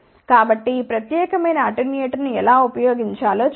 కాబట్టి ఈ ప్రత్యేకమైన అటెన్యూయేటర్ను ఎలా ఉపయోగించాలో చూద్దాం